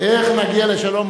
איך נגיע לשלום,